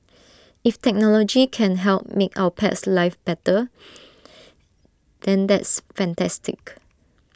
if technology can help make our pets lives better than that is fantastic